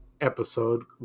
episode